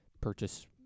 purchase